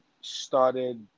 started